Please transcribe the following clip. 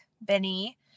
Benny